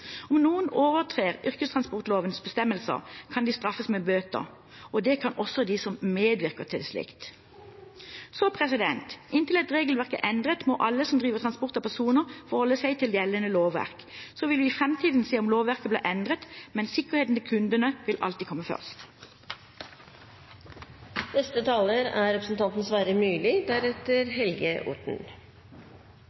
Om noen overtrer yrkestransportlovens bestemmelse, kan de straffes med bøter. Det kan også de som medvirker til slikt. Så inntil et regelverk er endret, må alle som driver transport av personer, forholde seg til gjeldende lovverk. Så vil vi i framtiden se om lovverket blir endret, men sikkerheten til kundene vil alltid komme først. Det er